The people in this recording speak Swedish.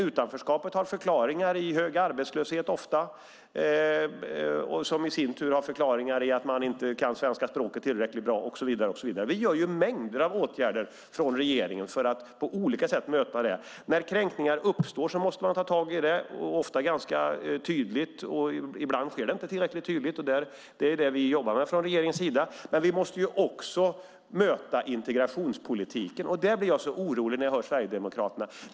Utanförskapet har ofta förklaringar i hög arbetslöshet, som i sin tur har förklaringar i att man inte kan svenska språket tillräckligt bra och så vidare. Regeringen vidtar mängder av åtgärder för att på olika sätt möta det. När kränkningar uppstår måste man ta tag i det, ofta ganska tydligt. Ibland sker det inte tillräckligt tydligt. Det är det vi jobbar med från regeringens sida. Men vi måste också möta med integrationspolitiken. Där blir jag orolig när jag hör Sverigedemokraterna.